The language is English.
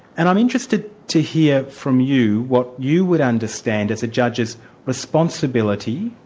and i'm interested to hear from you what you would understand as a judge's responsibility,